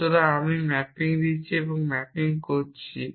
সুতরাং আমি ম্যাপিং দিচ্ছি এবং ম্যাপিং করছি